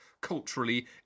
culturally